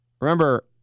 Remember